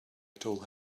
told